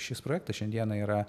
šis projektas šiandieną yra